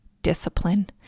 discipline